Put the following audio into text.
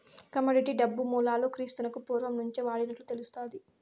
commodity డబ్బు మూలాలు క్రీస్తునకు పూర్వం నుంచే వాడినట్లు తెలుస్తాది